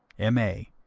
m a,